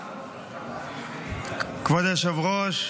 כבוד היושב-ראש,